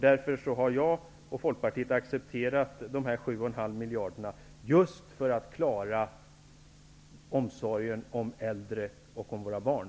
Därför har jag liksom miljarderna för att klara omsorgen om våra äldre och våra barn.